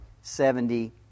seventy